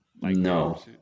No